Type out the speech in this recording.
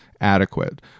adequate